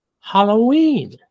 Halloween